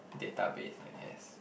database I guess